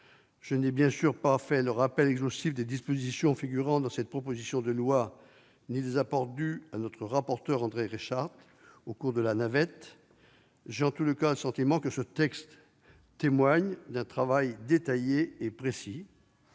je n'ai bien sûr pas fait le rappel exhaustif des dispositions figurant dans cette proposition de loi ni des apports dus à notre rapporteur, André Reichardt, au cours de la navette. J'ai en tout cas le sentiment que cette proposition de loi témoigne d'un travail détaillé et précis.